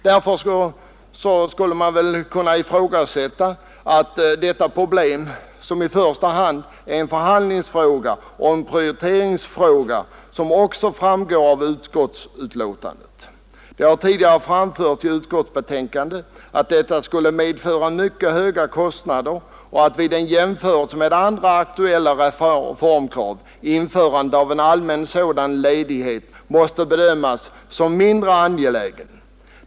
Därför skulle det väl kunna sägas att detta problem i första hand är en förhandlingsfråga och en prioriteringsfråga, som också framgår av utskottsbetänkandet. Det har tidigare framförts i utskottsbetänkande att genomförandet av en sådan här ordning skulle medföra mycket höga kostnader och att införandet av en allmän ledighet av detta slag vid en jämförelse med andra aktuella reformer måste bedömas som mindre angelägen.